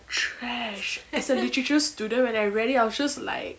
trash as a literature student when I read it I was just like